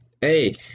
Hey